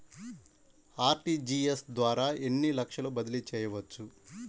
RTGS ద్వారా ఎన్ని లక్షలు బదిలీ చేయవచ్చు?